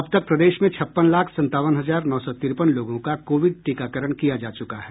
अब तक प्रदेश में छप्पन लाख संतावन हजार नौ सौ तिरपन लोगों का कोविड टीकाकरण किया जा चुका है